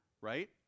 right